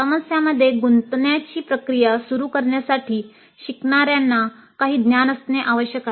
समस्यांमध्ये गुंतण्याची प्रक्रिया सुरू करण्यासाठी शिकणा्यांना काही ज्ञान असणे आवश्यक आहे